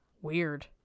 Weird